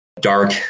dark